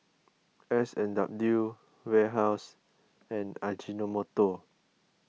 S and W Warehouse and Ajinomoto